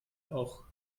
auch